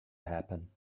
happen